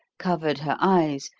covered her eyes,